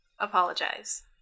Apologize